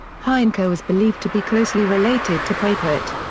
hindko is believed to be closely related to prakrit.